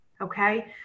Okay